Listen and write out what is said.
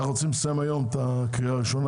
אנו רוצים לסיים היום את הקריאה הראשונה